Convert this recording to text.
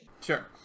Sure